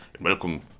welcome